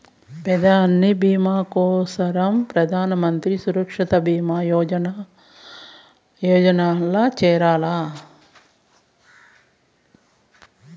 పెదాని బీమా కోసరం ప్రధానమంత్రి సురక్ష బీమా యోజనల్ల చేరాల్ల